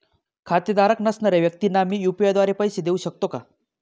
खातेधारक नसणाऱ्या व्यक्तींना मी यू.पी.आय द्वारे पैसे देऊ शकतो का?